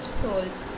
souls